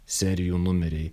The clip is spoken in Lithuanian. serijų numeriai